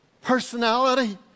personality